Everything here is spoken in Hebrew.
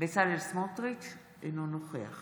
בצלאל סמוטריץ' אינו נוכח